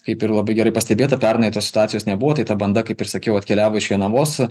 kaip ir labai gerai pastebėta pernai tos situacijos nebuvo tai ta banda kaip ir sakiau atkeliavo iš jonavos